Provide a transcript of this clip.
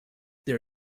there